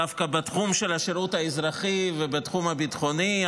דווקא בתחום של השירות האזרחי ובתחום הביטחוני.